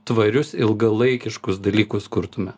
tvarius ilgalaikiškus dalykus kurtume